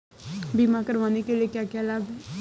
बीमा करवाने के क्या क्या लाभ हैं?